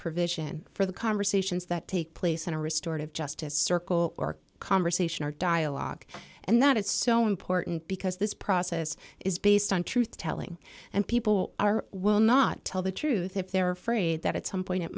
provision for the conversations that take place in a restored of justice circle or conversation or dialogue and that is so important because this process is based on truth telling and people are will not tell the truth if they're afraid that at some point it